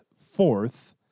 fourth